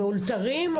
מאולתרים?